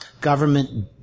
government